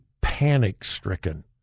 panic-stricken